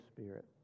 spirit